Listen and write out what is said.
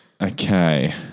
Okay